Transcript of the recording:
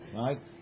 right